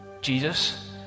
Jesus